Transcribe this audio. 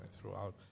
throughout